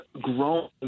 grown